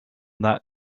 that